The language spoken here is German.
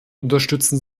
unterstützen